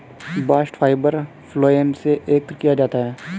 bast fibre phloem से एकत्र किया जाता है